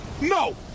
no